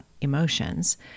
emotions